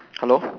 hello